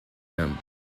them